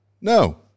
No